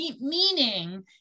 Meaning